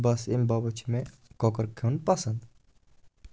بَس اَمہِ باپَتھ چھِ مےٚ کۄکر کھٮ۪ون پَسنٛد